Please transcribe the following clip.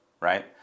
right